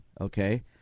Okay